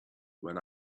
when